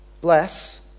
Bless